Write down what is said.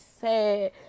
sad